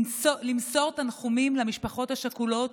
למסור תנחומים למשפחות השכולות